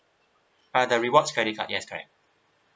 uh the rewards credit card yes correct